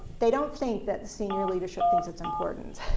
they don't think that the senior leadership thinks it's important.